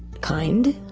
kind,